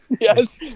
Yes